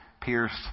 pierced